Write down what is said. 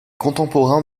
contemporain